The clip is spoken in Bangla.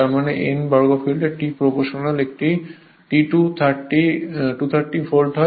তার মানে n বর্গফিল্ডে T প্রপ্রোশনাল একটি T230 ভোল্ট হয়